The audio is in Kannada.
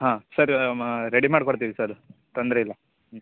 ಹಾಂ ಸರ್ ಮಾ ರೆಡಿ ಮಾಡಿಕೊಡ್ತೀವಿ ಸರ್ ತೊಂದರೆ ಇಲ್ಲ ಹ್ಞ್